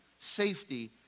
safety